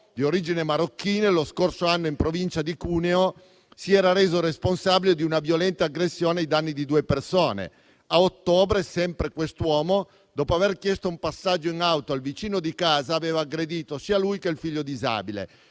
di origine marocchina, lo scorso anno si era reso responsabile, in provincia di Cuneo, di una violenta aggressione ai danni di due persone. A ottobre, sempre quest'uomo, dopo aver chiesto un passaggio in auto al vicino di casa, aveva aggredito sia lui sia il figlio disabile.